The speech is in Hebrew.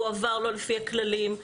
הועבר לא לפי הכללים,